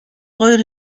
fire